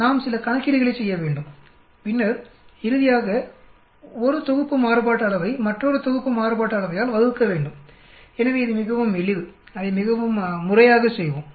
நாம் சில கணக்கீடுகளைச் செய்ய வேண்டும் பின்னர் இறுதியாக 1 தொகுப்பு மாறுபாட்டு அளவை மற்றொரு தொகுப்பு மாறுபாட்டு அளவையால் வகுக்க வேண்டும்எனவே இது மிகவும் எளிது அதை மிகவும் முறையாக செய்வோம்